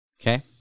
Okay